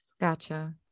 Gotcha